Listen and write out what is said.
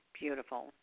Beautiful